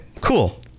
cool